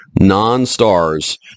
non-stars